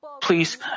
Please